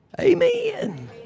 amen